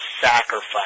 sacrifice